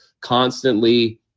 constantly